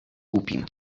głupim